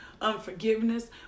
unforgiveness